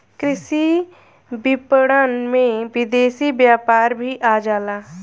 कृषि विपणन में विदेशी व्यापार भी आ जाला